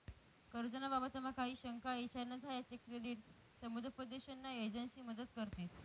कर्ज ना बाबतमा काही शंका ईचार न्या झायात ते क्रेडिट समुपदेशन न्या एजंसी मदत करतीस